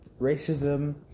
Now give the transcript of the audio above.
racism